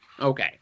Okay